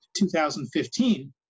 2015